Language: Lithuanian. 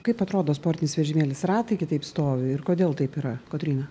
kaip atrodo sportinis vežimėlis ratai kitaip stovi ir kodėl taip yra kotryna